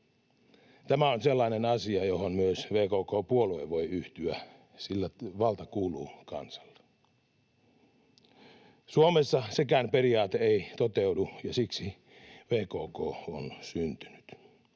Tämä on sellainen asia, johon myös VKK-puolue voi yhtyä, sillä valta kuuluu kansalle. Suomessa sekään periaate ei toteudu, ja siksi VKK on syntynyt.